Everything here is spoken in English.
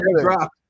drop